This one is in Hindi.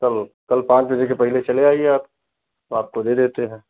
तो कल पाँच बजे के पहले चले आइए आप आपको दे देते हैं